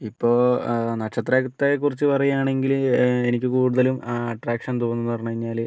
ഇപ്പോൾ നക്ഷത്രത്തെ കുറിച്ച് പറയുകയാണെങ്കില് എനിക്ക് കൂടുതലും അട്രാക്ഷൻ തോന്നുന്നതെന്ന് പറഞ്ഞ് കഴിഞ്ഞാല്